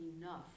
enough